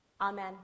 Amen